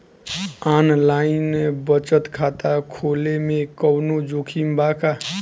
Online बचत खाता खोले में कवनो जोखिम बा का?